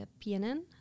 PNN